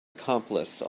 accomplice